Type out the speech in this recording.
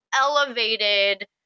elevated